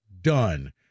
done